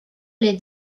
les